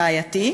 בעייתי,